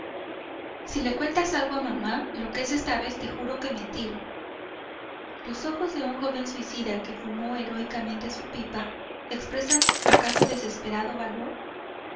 si le cuentas algo a mamá lo que es esta vez te juro que me tiro los ojos de un joven suicida que fumó heroicamente su pipa expresan acaso desesperado valor